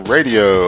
Radio